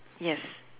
yes